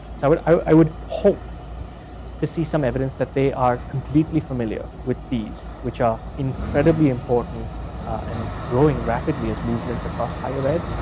i would i would hope to see some evidence that they are completely familiar with these. which are incredibly important and growing rapidly as movements across higher ed.